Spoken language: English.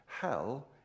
Hell